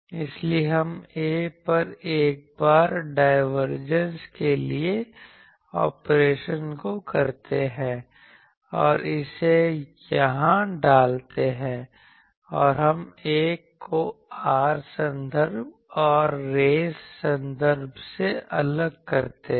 इसलिए हम A पर एक बार डायवर्जन के इस ऑपरेशन को करते हैं और इसे यहां डालते हैं और हम 1 को r संदर्भ और रेस संदर्भ से अलग करते हैं